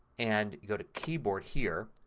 and you go to keyboard here,